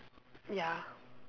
ya